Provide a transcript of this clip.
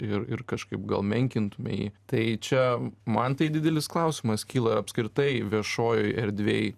ir ir kažkaip gal menkintume jį tai čia man tai didelis klausimas kyla apskritai viešojoj erdvėj